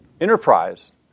enterprise